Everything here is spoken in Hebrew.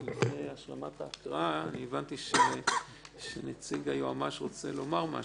לפני השלמת ההקראה הבנתי שנציג היועמ"ש רוצה לומר משהו,